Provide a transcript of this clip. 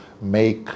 make